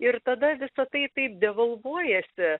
ir tada visa tai taip devalvuojasi